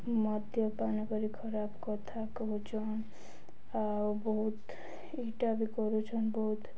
ମଦ୍ୟ ପାନ କରି ଖରାପ କଥା କହୁଛନ୍ ଆଉ ବହୁତ ଇଟା ବି କରୁଛନ୍ ବହୁତ